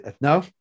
No